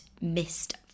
missed